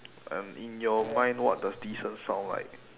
um in your mind what does decent sound like